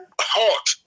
hot